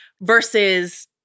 versus